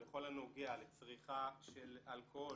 בכל הנוגע לצריכה של אלכוהול,